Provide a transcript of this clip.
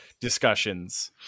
discussions